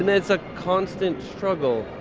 um it's a constant struggle,